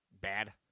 bad